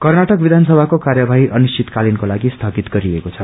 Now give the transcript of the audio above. कर्नाटक विधानसभाको कार्यवाही अनिश्चितकालिन को लागि स्थगित गरिएको छ